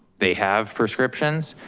they have prescriptions,